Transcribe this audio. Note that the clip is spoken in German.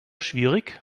schwierig